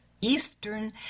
eastern